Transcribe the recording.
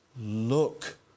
look